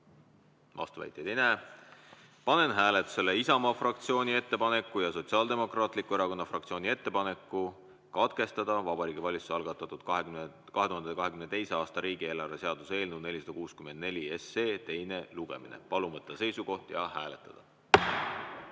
Vastuväiteid ei näe. Panen hääletusele Isamaa fraktsiooni ettepaneku ja Sotsiaaldemokraatliku Erakonna fraktsiooni ettepaneku katkestada Vabariigi Valitsuse algatatud 2022. aasta riigieelarve seaduse eelnõu 464 teine lugemine. Palun võtta seisukoht ja hääletada!